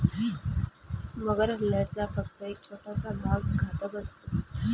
मगर हल्ल्याचा फक्त एक छोटासा भाग घातक असतो